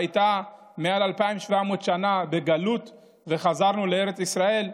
שהייתה מעל 2,700 שנה בגלות וחזרנו לארץ ישראל,